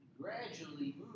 gradually